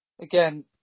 again